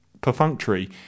perfunctory